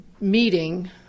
meeting